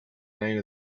night